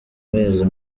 mezi